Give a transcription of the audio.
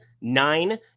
Nine